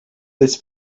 through